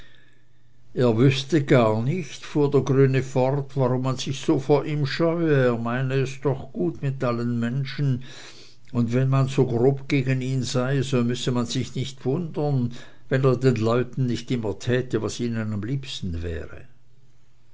er wüßte gar nicht fuhr der grüne fort warum man sich so vor ihm scheue er meine es doch so gut mit allen menschen und wenn man so grob gegen ihn sei so müsse man sich nicht wundern wenn er den leuten nicht immer täte was ihnen am liebsten wäre